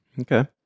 Okay